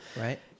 Right